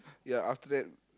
ya after that